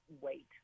wait